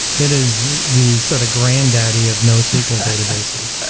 it is the sort of granddaddy of nosql databases.